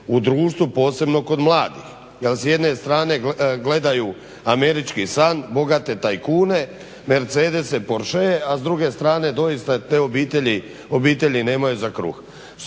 u društvu posebno kod mladih. Jer s jedne strane gledaju američki san, bogate tajkune, Mercedese, Porschee, a s druge strane doista te obitelji nemaju za kruh.